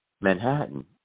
Manhattan